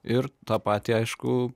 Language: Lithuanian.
ir tą patį aišku